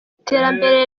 iterambere